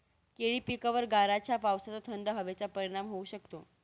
केळी पिकावर गाराच्या पावसाचा, थंड हवेचा परिणाम होऊ शकतो का?